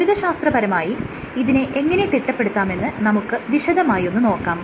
ഗണിതശാസ്ത്രപരമായി ഇതിനെ എങ്ങനെ തിട്ടപ്പെടുത്താമെന്ന് നമുക്ക് വിശദമായി ഒന്ന് നോക്കാം